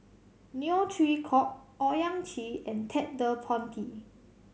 Neo Chwee Kok Owyang Chi and Ted De Ponti